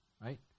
right